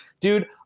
dude